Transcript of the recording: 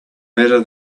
better